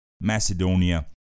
Macedonia